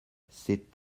c’est